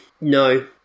No